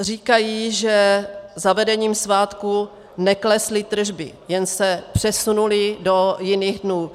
Říkají, že zavedením svátků neklesly tržby, jen se přesunuly do jiných dnů.